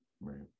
Right